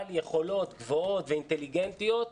בעל יכולות גבוהות ואינטליגנטיות,